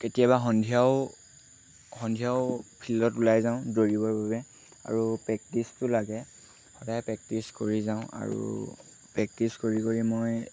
কেতিয়াবা সন্ধিয়াও সন্ধিয়াও ফিল্ডত ওলাই যাওঁ দৌৰিবৰ বাবে আৰু প্ৰেক্টিছটো লাগে সদায় প্ৰেক্টিছ কৰি যাওঁ আৰু প্ৰেক্টিচ কৰি কৰি মই